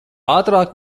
ātrāk